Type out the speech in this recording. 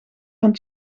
van